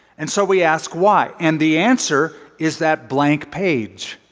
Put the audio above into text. and so we ask, why? and the answer is that blank page.